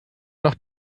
noch